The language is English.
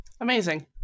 amazing